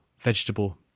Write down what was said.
vegetable